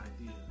idea